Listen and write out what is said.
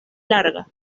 larga